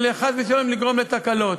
או חס ושלום לגרום לתקלות.